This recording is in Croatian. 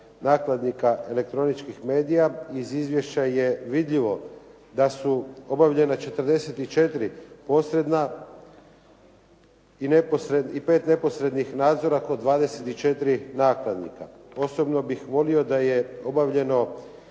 nakladnika elektroničkih medija. Iz izvješća je vidljivo da su obavljena 44 posredna i 5 neposrednih nadzora kod 24 nakladnika. Osobno bih volio da je obavljeno